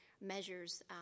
measures